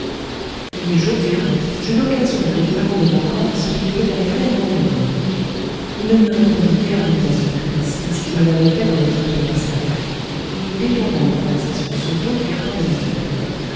les jours suivants j'eus l'occasion de lui demander encore ce qu'il était allé faire en amérique il ne me répondit guère d'une façon plus précise qu'il ne l'avait fait dans le train de versailles et il détourna la conversation sur d'autres points de l'affaire